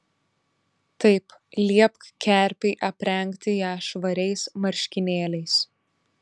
taip liepk kerpei aprengti ją švariais marškinėliais